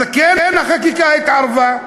אז כן, החקיקה התערבה.